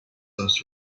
was